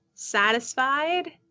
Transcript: satisfied